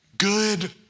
good